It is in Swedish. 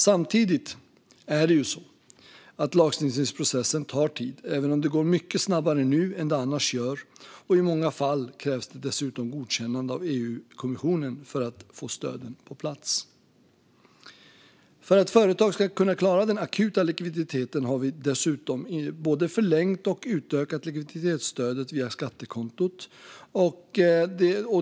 Samtidigt är det så att lagstiftningsprocessen tar tid, även om det går mycket snabbare nu än det annars gör, och i många fall krävs det dessutom godkännande av EU-kommissionen för att få stöden på plats. För att företag ska klara den akuta likviditeten har vi därför både förlängt och utökat likviditetsstödet via skattekontot.